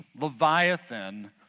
Leviathan